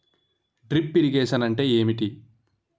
Drip irrigation అంటే ఏమిటి?